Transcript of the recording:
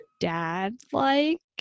dad-like